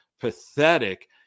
pathetic